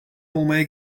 olmaya